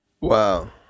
Wow